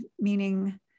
meaning